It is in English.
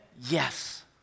yes